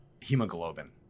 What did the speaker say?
hemoglobin